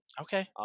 Okay